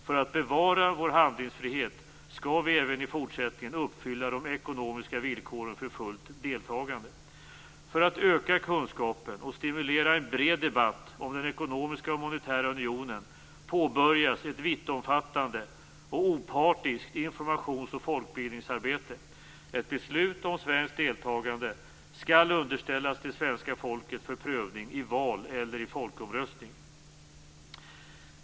För att bevara vår handlingsfrihet skall vi även i fortsättningen uppfylla de ekonomiska villkoren för fullt deltagande. För att öka kunskapen och stimulera en bred debatt om den ekonomiska och monetära unionen påbörjas ett vittomfattande och opartiskt informationsoch folkbildningsarbete. Ett beslut om svenskt deltagande skall underställas det svenska folket för prövning i val eller i folkomröstning.